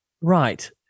Right